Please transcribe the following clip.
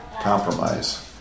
Compromise